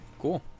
cool